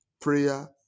prayer